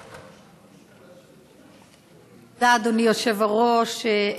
תודה, אדוני היושב-ראש.